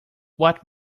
what